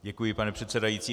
Děkuji, pane předsedající.